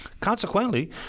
Consequently